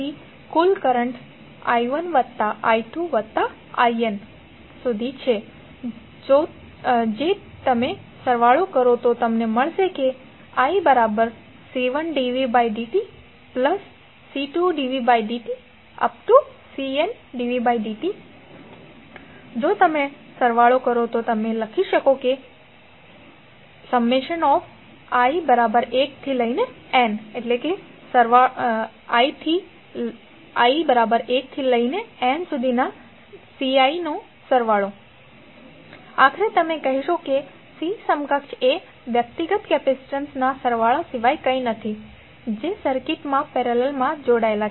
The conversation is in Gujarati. તેથી કુલ કરંટ i1 વત્તા i2 વત્તા in સુધી છે તો જ્યારે તમે સરવાળો કરો ત્યારે તમને મળશે iC1dvdtC2dvdtCndvdt જો તમે સરવાળો કરો તો તમે લખી શકો છો i1nCidvdtCeqdvdt આખરે તમે કહેશો કે c સમકક્ષ એ વ્યક્તિગત કૅપેસિટન્સ ના સરવાળા સિવાય કંઈ નથી જે સર્કિટમાં પેરેલલમા જોડાયેલ છે